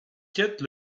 quête